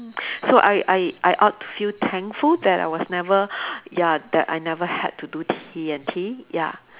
mm so I I I ought to feel thankful that I was never ya that I never had to do D&T ya